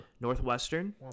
Northwestern